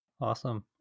awesome